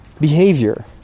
behavior